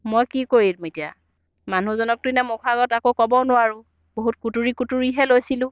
মই কি কৰিম এতিয়া মানুহজনকতো এতিয়া মুখৰ আগত আকৌ ক'বও নোৱাৰোঁ বহুত কুটুৰি কুটুৰিহে লৈছিলোঁ